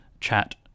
chat